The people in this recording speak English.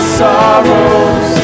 sorrows